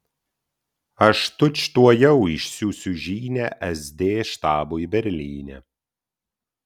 aš tučtuojau išsiųsiu žinią sd štabui berlyne